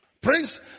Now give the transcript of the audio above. Prince